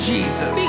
Jesus